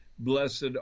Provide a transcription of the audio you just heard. Blessed